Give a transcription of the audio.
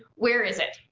where is it?